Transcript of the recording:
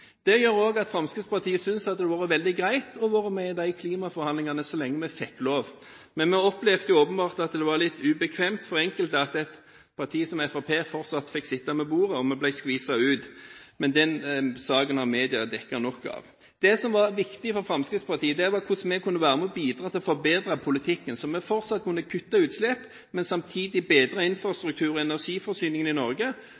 Det gjør også at Fremskrittspartiet synes det har vært veldig greit å ha vært med i de to klimaforhandlingene – så lenge vi fikk lov. Men vi opplevde at det åpenbart var litt ubekvemt for enkelte at et parti som Fremskrittspartiet fortsatt fikk sitte ved bordet, og vi ble skviset ut. Men den saken har media dekket nok av. Det som var viktig for Fremskrittspartiet, var hvordan vi kunne være med og bidra til å forbedre politikken, slik at vi fortsatt kunne kutte i utslipp, men samtidig bedre